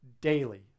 daily